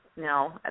No